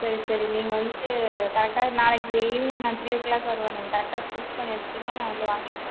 சரி சரி நீங்கள் வந்துட்டு கரெக்டாக நாளைக்கு ஈவினிங் நான் த்ரீ ஓ கிளாக் நீங்கள் கரெக்டாக ஸ்டிச் பண்ணி வச்சுடுங்க நான் வந்து வாங்கிட்டு போறேன்